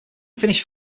finished